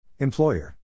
Employer